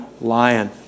lion